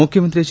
ಮುಖ್ಯಮಂತ್ರಿ ಎಚ್